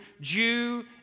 jew